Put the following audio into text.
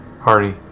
party